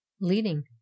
leading